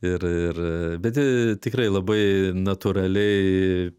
ir ir bet tikrai labai natūraliai